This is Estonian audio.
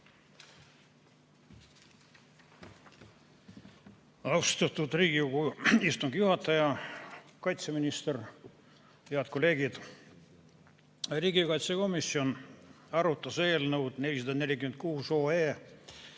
Austatud Riigikogu istungi juhataja, kaitseminister, head kolleegid! Riigikaitsekomisjon arutas eelnõu 446